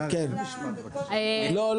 --- לא,